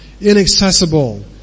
inaccessible